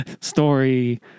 story